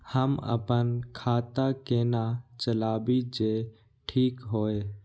हम अपन खाता केना चलाबी जे ठीक होय?